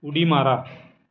उडी मारा